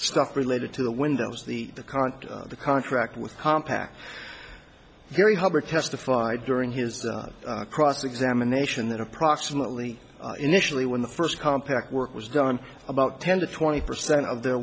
stuff related to the windows the the current the contract with compaq very hubbard testified during his cross examination that approximately initially when the first compact work was done about ten to twenty percent of their